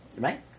right